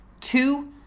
Two